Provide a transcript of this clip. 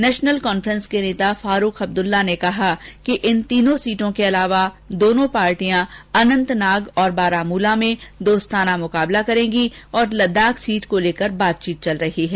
national Conference के नेता फारूक अब्द्ल्ला ने कहा कि इन तीन सीटों के अलावा दोनों पार्टियां अनंतनाग और बारामूला में दोस्ताना मुकाबला करेगी तथा लद्दाख सीट को लेकर बातचीत चल रही है